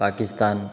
Pakistan